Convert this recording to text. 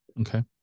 Okay